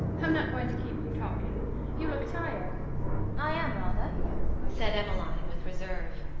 i'm not going to keep you talking you look tired i am rather said emmeline, with reserve.